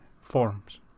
forms